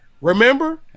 Remember